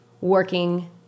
working